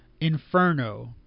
Inferno